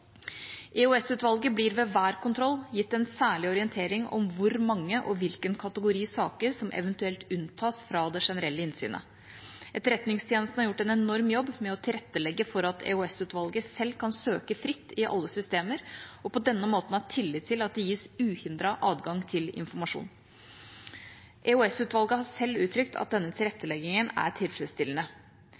EOS-utvalget blir ved hver kontroll gitt en særlig orientering om hvor mange og hvilken kategori saker som eventuelt unntas fra det generelle innsynet. Etterretningstjenesten har gjort en enorm jobb med å tilrettelegge for at EOS-utvalget selv kan søke fritt i alle systemer og på denne måten ha tillit til at det gis uhindret adgang til informasjon. EOS-utvalget har selv uttrykt at denne tilretteleggingen er tilfredsstillende.